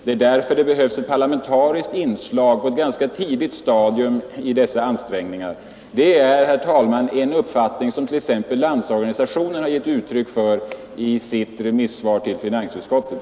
Det är därför det behövs ett parlamentariskt inslag på ett ganska tidigt stadium i dessa ansträngningar. Det är, herr talman, en uppfattning som t.ex. LO har gett uttryck för i sitt remissvar till finansutskottet.